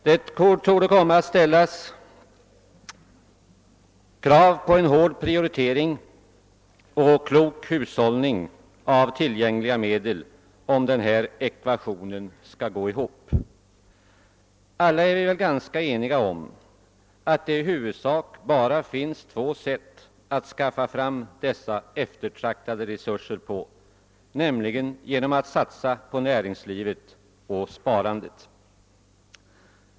Det torde behövas en hård prioritering och klok hushållning med tillgängliga medel om denna ekvation skall gå ihop. Alla är vi väl ganska eniga om att det i huvudsak finns två sätt att skaffa fram dessa eftertraktade resurser, nämligen genom att satsa på näringslivet och på sparandet.